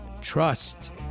trust